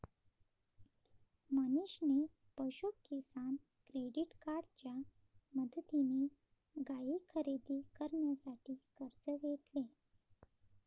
मनीषने पशु किसान क्रेडिट कार्डच्या मदतीने गाय खरेदी करण्यासाठी कर्ज घेतले